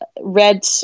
red